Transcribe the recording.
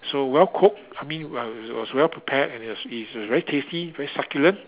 so well cooked I mean well it was well prepared and it is very tasty very succulent